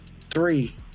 three